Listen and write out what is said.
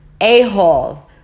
a-hole